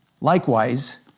Likewise